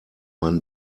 man